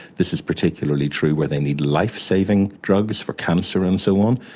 this is particularly true where they need life-saving drugs for cancer and so on.